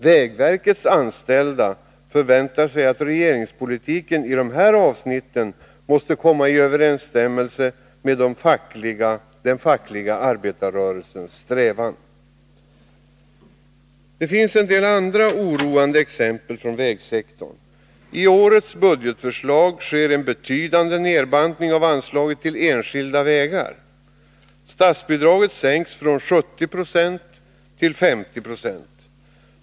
Vägverkets anställda förväntar sig att regeringspolitiken i de här avsnitten kommer att stå i överensstämmelse med den fackliga arbetarrörelsens strävan. Det finns en del andra oroande exempel från vägsektorn. I årets budgetförslag sker en betydande nedbantning av anslaget till enskilda vägar. Statsbidraget sänks från 70 till 50 96.